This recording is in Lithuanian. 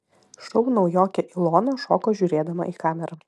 šou naujokė ilona šoko žiūrėdama į kamerą